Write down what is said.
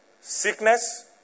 Sickness